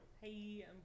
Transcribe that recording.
Hey